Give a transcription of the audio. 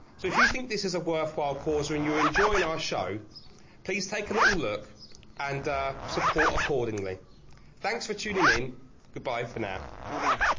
so if you think this is a worthwhile cause when you're enjoying our show please take a little look and support accordingly thanks for tuning in goodbye for now ah bye